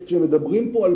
כשמדברים פה על